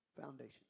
foundation